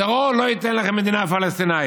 טרור לא ייתן לכם מדינה פלסטינית.